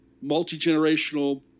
multi-generational